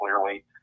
clearly